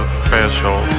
special